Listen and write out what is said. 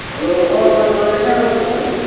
hello दाजु अहिले कहाँ छ हौ तपाईँ